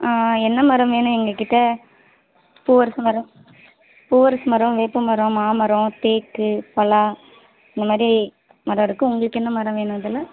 என்ன மரம் வேணும் எங்க கிட்ட பூவரசு மரம் பூவரசு மரம் வேப்ப மரம் மாமரம் தேக்கு பலா இந்த மாதிரி மரம் இருக்குது உங்களுக்கு என்ன மரம் வேணும் இதில்